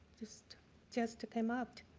just just to come out.